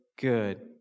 good